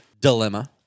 dilemma